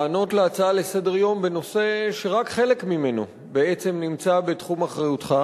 לענות על הצעה לסדר-היום בנושא שרק חלק ממנו בעצם נמצא בתחום אחריותך,